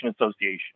Association